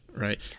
Right